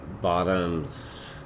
bottoms